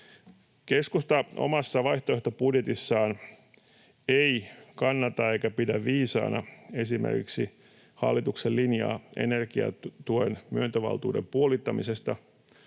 Keskusta omassa vaihtoehtobudjetissaan ei kannata eikä pidä viisaana esimerkiksi hallituksen linjaa energiatuen myöntövaltuuden puolittamisesta.